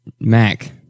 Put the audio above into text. Mac